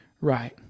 right